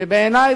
שבעיני,